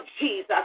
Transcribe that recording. Jesus